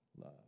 love